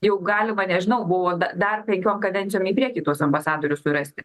jau galima nežinau buvo bet dar penkiom kadencijom į priekį tuos ambasadorius surasti